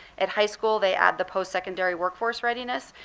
at high school they add the post-secondary workforce readiness.